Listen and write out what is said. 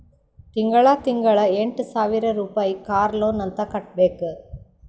ತಿಂಗಳಾ ತಿಂಗಳಾ ಎಂಟ ಸಾವಿರ್ ರುಪಾಯಿ ಕಾರ್ ಲೋನ್ ಅಂತ್ ಕಟ್ಬೇಕ್